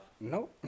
Nope